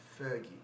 Fergie